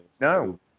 No